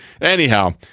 anyhow